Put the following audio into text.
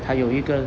还有一个